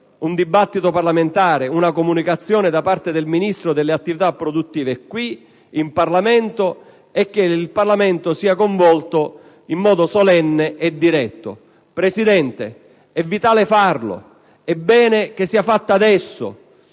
una discussione parlamentare, una comunicazione da parte del Ministro delle attività produttive qui in Parlamento in modo che il Parlamento sia coinvolto in modo solenne e diretto. Signor Presidente, è vitale farlo ed è bene che sia fatto adesso,